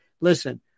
Listen